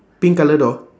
pink colour door